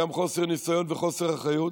גם מחוסר ניסיון וחוסר אחריות,